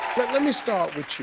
but let me start with you.